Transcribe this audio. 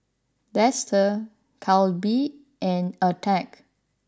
Dester Calbee and Attack